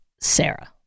Sarah